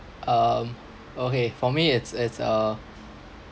um okay for me it's it's uh